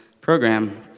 program